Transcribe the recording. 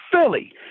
Philly